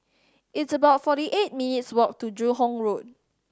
it's about forty eight minutes' walk to Joo Hong Road